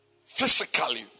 Physically